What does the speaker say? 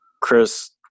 Chris